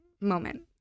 moment